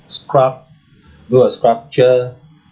sculp~ do a sculpture